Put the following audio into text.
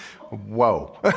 Whoa